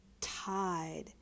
tied